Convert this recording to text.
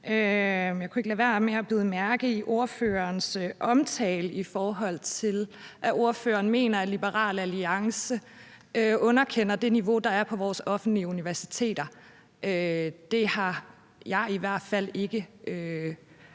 Jeg kunne ikke lade være med at bide mærke i, at ordføreren mener, at Liberal Alliance underkender det niveau, der er på vores offentlige universiteter. Det har jeg i hvert fald ikke